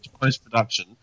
post-production